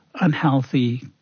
unhealthy